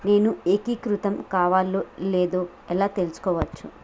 నేను ఏకీకృతం కావాలో లేదో ఎలా తెలుసుకోవచ్చు?